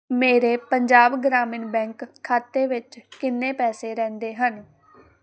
ਮੇਰੇ ਪੰਜਾਬ ਗ੍ਰਾਮੀਣ ਬੈਂਕ ਖਾਤੇ ਵਿੱਚ ਕਿੰਨੇ ਪੈਸੇ ਰਹਿੰਦੇ ਹਨ